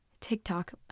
TikTok